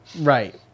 Right